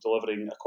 delivering